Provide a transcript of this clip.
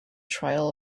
trial